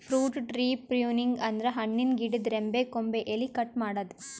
fruit tree pruning ಅಂದ್ರ ಹಣ್ಣಿನ್ ಗಿಡದ್ ರೆಂಬೆ ಕೊಂಬೆ ಎಲಿ ಕಟ್ ಮಾಡದ್ದ್